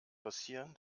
passieren